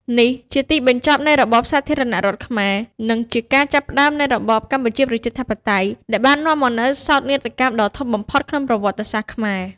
នេះជាទីបញ្ចប់នៃរបបសាធារណរដ្ឋខ្មែរ និងជាការចាប់ផ្តើមនៃរបបកម្ពុជាប្រជាធិបតេយ្យ ដែលបាននាំមកនូវសោកនាដកម្មដ៏ធំបំផុតក្នុងប្រវត្តិសាស្ត្រខ្មែរ។